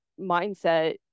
mindset